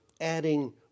adding